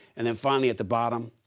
and then finally at the bottom,